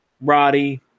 Roddy